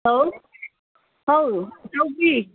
hello ꯑꯧ ꯏꯇꯥꯎꯕꯤ